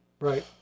Right